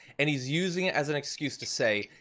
and he's using it as an excuse to say,